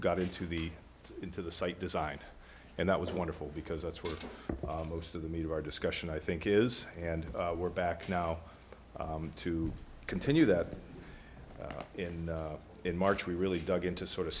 got into the into the site design and that was wonderful because that's where most of the meat of our discussion i think is and we're back now to continue that in in march we really dug into sort of